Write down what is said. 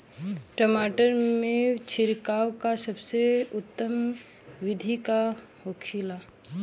टमाटर में छिड़काव का सबसे उत्तम बिदी का होखेला?